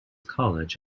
college